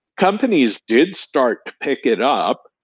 companies did start pick it up.